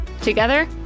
Together